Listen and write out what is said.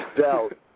doubt